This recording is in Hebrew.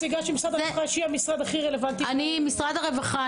משרד הרווחה,